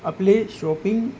आपले शॉपिंग